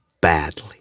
badly